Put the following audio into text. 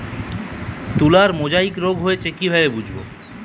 তুলার মোজাইক রোগ হয়েছে কিভাবে বুঝবো?